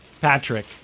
Patrick